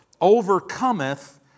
Overcometh